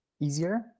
easier